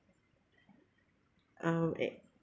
um eight